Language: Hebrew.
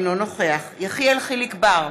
אינו נוכח יחיאל חיליק בר,